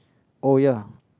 oh ya